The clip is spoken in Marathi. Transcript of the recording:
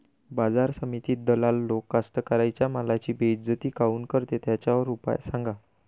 बाजार समितीत दलाल लोक कास्ताकाराच्या मालाची बेइज्जती काऊन करते? त्याच्यावर उपाव सांगा